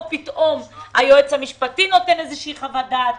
או פתאום היועץ המשפטי נותן איזושהי חוות דעת.